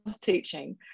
teaching